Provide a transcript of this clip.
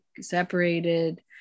separated